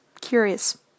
curious